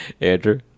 andrew